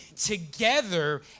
together